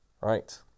Right